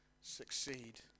succeed